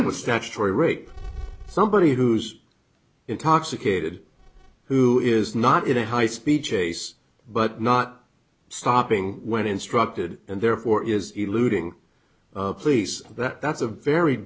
was statutory rape somebody who's intoxicated who is not in a high speed chase but not stopping when instructed and therefore is eluding police that that's a very